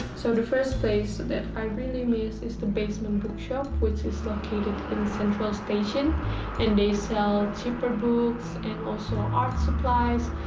so the first place that i really miss is the basement bookshop which is located near the central station and they sell cheaper books and also art supplies.